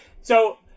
so-